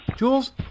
Jules